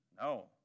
No